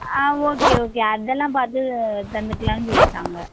ஆ okay okay அதெல்லாம் பார்த்து தந்துக்கலான்னு சொல்லிட்டாங்க